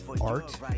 art